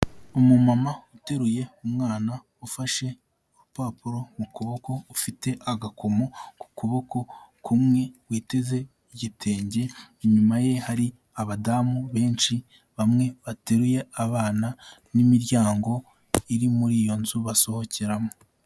Umumama uteruye umwana ufashe urupapuro mu kuboko, ufite agakomo ku kuboko kumwe witeze igitenge, inyuma ye hari abadamu benshi, bamwe bateruye abana n'imiryango iri muri iyo nzu basohokeramo.